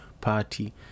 party